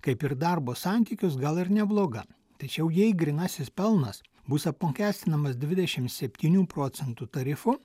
kaip ir darbo santykius gal ir nebloga tačiau jei grynasis pelnas bus apmokestinamas dvidešimt septynių procentų tarifu